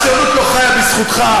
הציונות לא חיה בזכותך.